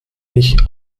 nicht